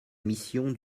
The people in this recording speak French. mission